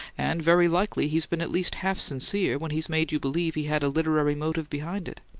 and very likely he's been at least half sincere when he's made you believe he had a literary motive behind it.